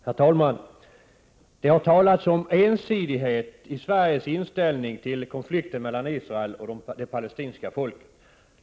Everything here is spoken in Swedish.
Herr talman! Det har talats om ensidighet i Sveriges inställning till konflikten mellan Israel och det palestinska folket.